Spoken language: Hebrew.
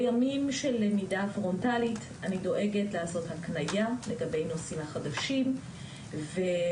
בימים של למידה פרונטלית אני דואגת לעשות הקניה לגבי הנושאים החדשים ובימים